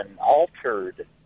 altered